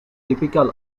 typical